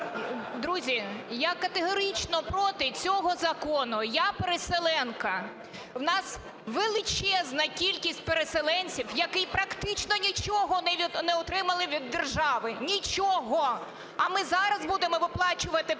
Друзі, я категорично проти цього закону. Я – переселенка. У нас величезна кількість переселенців, які практично нічого не отримали від держави, нічого! А ми зараз будемо виплачувати пенсії